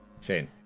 Shane